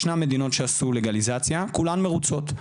ישנן מדינות שעשו לגליזציה וכולן מרוצות,